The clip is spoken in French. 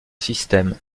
système